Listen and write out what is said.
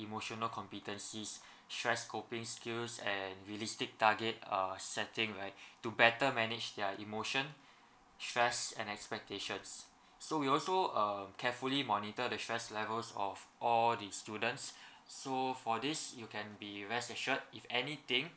emotional competencies stress coping skills and realistic target uh setting right to better manage their emotion stress and expectations so we also uh carefully monitor the stress levels of all the students so for this you can be rest assured if anything